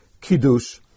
Kiddush